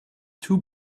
two